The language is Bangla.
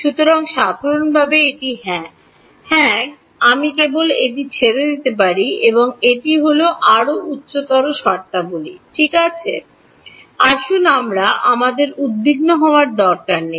সুতরাং সাধারণভাবে এটি হ্যাঁ হ্যাঁ আমি কেবল এটি ছেড়ে দিতে পারি এটি হল আরও উচ্চতর শর্তাবলী ঠিক আছে আসুন আমরা আমাদের উদ্বিগ্ন হওয়ার দরকার নেই